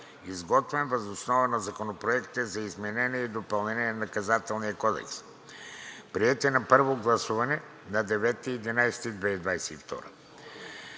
изготвен въз основа на законопроектите за изменение и допълнение на Наказателния кодекс, приети на първо гласуване на 9 ноември